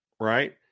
right